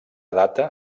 data